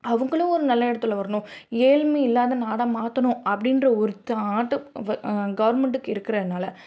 அவங்களும் ஒரு நல்ல இடத்துல வரணும் ஏழ்மை இல்லாத நாடாக மாற்றணும் அப்படின்ற ஒரு தாட் கவுர்மெண்டுக்கு இருக்கிறதனால